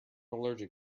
allergic